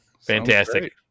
Fantastic